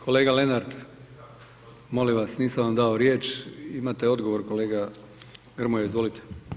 Kolega Lenart molim vas, nisam vam dao riječ, imate odgovor kolega Grmoja, izvolite.